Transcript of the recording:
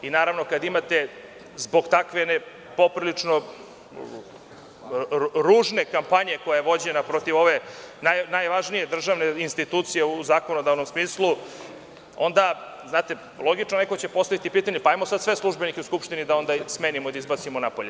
Naravno, kada imate zbog takve poprilično ružne kampanje koja je vođena protiv ove najvažnije državne institucije u zakonodavnom smislu, onda znate, logično će neko postaviti pitanje – hajde onda sve službenike u Skupštini da smenimo i izbacimo napolje.